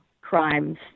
crimes